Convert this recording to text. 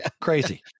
crazy